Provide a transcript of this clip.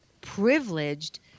privileged